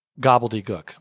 gobbledygook